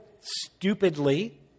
stupidly